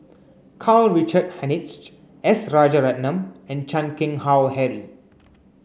Karl Richard Hanitsch S Rajaratnam and Chan Keng Howe Harry